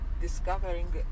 discovering